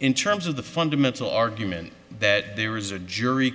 in terms of the fundamental argument that there is a jury